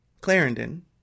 clarendon